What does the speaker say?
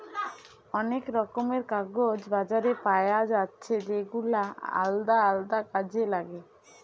অনেক রকমের কাগজ বাজারে পায়া যাচ্ছে যেগুলা আলদা আলদা কাজে লাগে